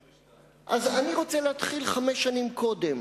1922. אז אני רוצה להתחיל חמש שנים קודם,